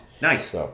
Nice